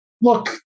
Look